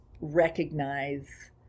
recognize